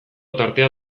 tartea